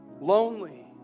lonely